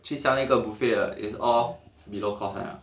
去 sell 那个 buffet 的 is all below cost 啊